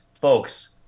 folks